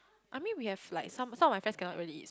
I mean we have like some some of my friends cannot really eat